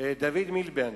דייוויד מיליבנד.